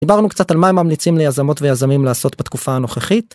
דיברנו קצת על מה הם ממליצים לייזמות ויזמים לעשות בתקופה הנוכחית.